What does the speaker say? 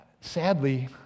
Sadly